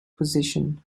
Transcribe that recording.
position